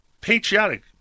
Patriotic